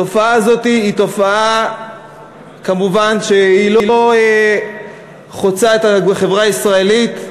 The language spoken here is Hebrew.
התופעה הזאת, כמובן, אינה חוצה את החברה הישראלית.